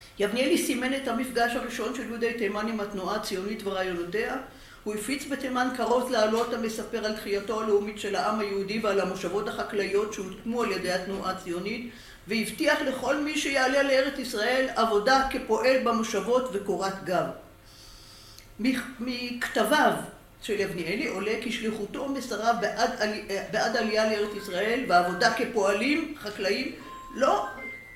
יבניאלי סימן את המפגש הראשון של יהודי תימן עם התנועה הציונית ורעיונותיה. הוא הפיץ בתימן כרוז לעלות המספר על תחייתו הלאומית של העם היהודי ועל המושבות החקלאיות שהוקמו על ידי התנועה הציונית והבטיח לכל מי שיעלה לארץ ישראל עבודה כפועל במושבות וקורת גג. מכתביו של יבניאלי עולה כי שליחותו מסריו בעד עלייה לארץ ישראל בעבודה כפועלים חקלאים. לא!